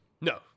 No